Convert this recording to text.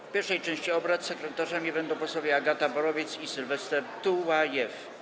W pierwszej części obrad sekretarzami będą posłowie Agata Borowiec i Sylwester Tułajew.